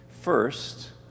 first